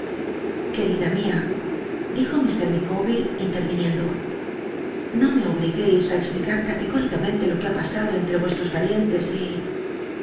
querida mia dijo mr micawbcr inlel'l'iniendo no me obligueis á explicar categóricamente lo que ba pasado entre vuestros parientes y